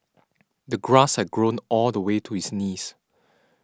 the grass had grown all the way to his knees